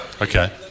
Okay